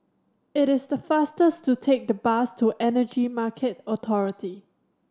it is faster to take the bus to Energy Market Authority